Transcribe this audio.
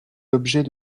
l’objet